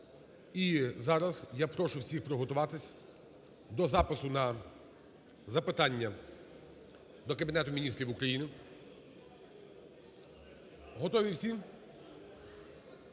І зараз я прошу всіх приготуватись до запису на запитання до Кабінету Міністрів України. Готові всі?